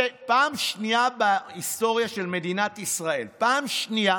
פעם שנייה בהיסטוריה של מדינת ישראל, פעם שנייה